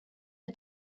the